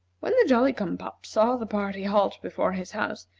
when the jolly-cum-pop saw the party halt before his house,